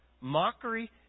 mockery